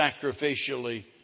sacrificially